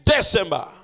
December